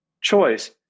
choice